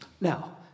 Now